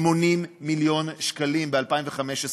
80 מיליון שקלים ב-2015.